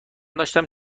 داشتم